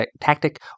tactic